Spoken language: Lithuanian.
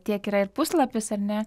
tiek yra ir puslapis ar ne